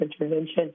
intervention